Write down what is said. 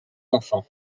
enfants